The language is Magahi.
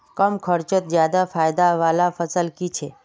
कम खर्चोत ज्यादा फायदा वाला फसल की छे?